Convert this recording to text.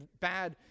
bad